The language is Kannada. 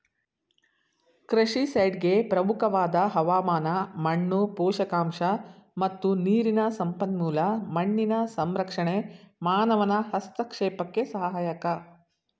ಕೃಷಿ ಸೈಟ್ಗೆ ಪ್ರಮುಖವಾದ ಹವಾಮಾನ ಮಣ್ಣು ಪೋಷಕಾಂಶ ಮತ್ತು ನೀರಿನ ಸಂಪನ್ಮೂಲ ಮಣ್ಣಿನ ಸಂರಕ್ಷಣೆ ಮಾನವನ ಹಸ್ತಕ್ಷೇಪಕ್ಕೆ ಸಹಾಯಕ